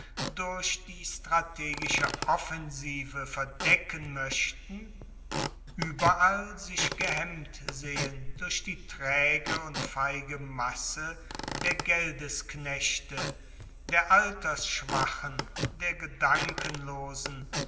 durch die strategische offensive verdecken moechten ueberall sich gehemmt sehen durch die traege und feige masse der geldesknechte der altersschwachen der gedankenlosen